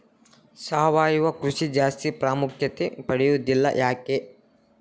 ಸಾವಯವ ಕೃಷಿ ಜಾಸ್ತಿ ಪ್ರಾಮುಖ್ಯತೆ ಪಡೆದಿಲ್ಲ ಯಾಕೆ?